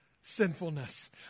sinfulness